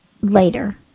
later